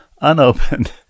unopened